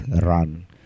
run